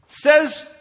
says